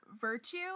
virtue